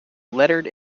lettered